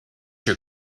your